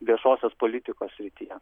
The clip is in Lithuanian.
viešosios politikos srityje